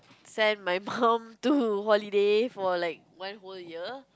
sent my mum too holiday for like one whole year